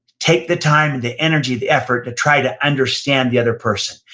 take the time, and the energy, the effort to try to understand the other person.